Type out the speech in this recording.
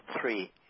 three